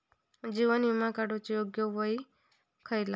जीवन विमा काडूचा योग्य वय खयला?